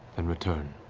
and return.